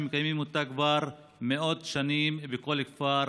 שמקיימים אותה כבר מאות שנים בכל כפר,